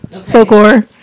folklore